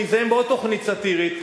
אני אסיים בעוד תוכנית סאטירית,